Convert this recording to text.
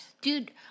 Dude